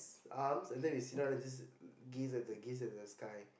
arms and then we sit down and just gaze at the gaze at the sky